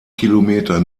kilometer